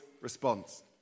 response